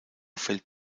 fällt